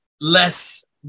less